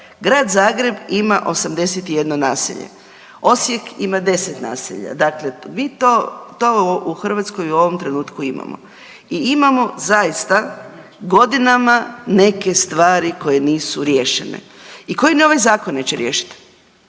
Grad Zagreb ima 81 naselje, Osijek ima 10 naselja, dakle vi to, to u Hrvatskoj u ovom trenutku imamo i imamo zaista godinama neke stvari koje nisu riješene i koje ni ovaj zakon neće riješit.